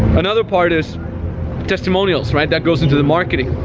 another part is testimonials, right? that goes into the marketing.